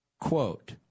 quote